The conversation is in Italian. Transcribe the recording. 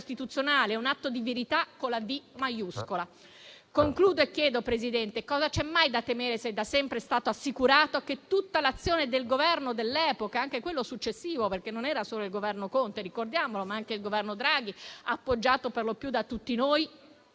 È un atto di verità con la "V" maiuscola. Concludo e chiedo, Presidente, cosa c'è mai da temere se da sempre è stato assicurato che tutta l'azione del Governo dell'epoca, e anche di quello successivo - non era solo il Governo Conte, ricordiamolo, ma anche il Governo Draghi - appoggiato per lo più da tutti noi,